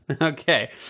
Okay